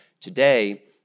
today